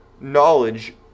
knowledge